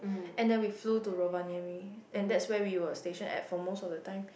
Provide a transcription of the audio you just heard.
and then we flew to Rovaniemi and that's where we went stationed for most of the time